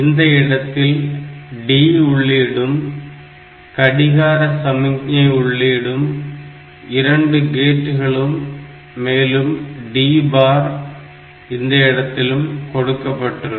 இந்த இடத்தில் D உள்ளீடும் கடிகார சமிக்ஞை உள்ளீடும் இரண்டு கேட்டுகளுக்கும் மேலும் D பார் இந்த இடத்திலும் கொடுக்கப்பட்டிருக்கும்